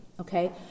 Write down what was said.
okay